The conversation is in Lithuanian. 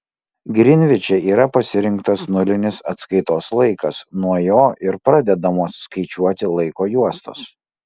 grinviče yra pasirinktas nulinis atskaitos laikas nuo jo ir pradedamos skaičiuoti laiko juostos